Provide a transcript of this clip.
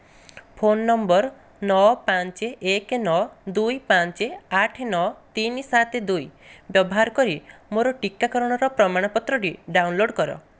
phone number ନଅ ପାଞ୍ଚ ଏକ ନଅ ଦୁଇ ପାଞ୍ଚ ଆଠ ନଅ ତିନି ସାତ ଦୁଇ ବ୍ୟବହାର କରି ମୋର ଟିକାକରଣର ପ୍ରମାଣପତ୍ରଟି ଡାଉନଲୋଡ଼୍ କର